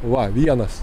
va vienas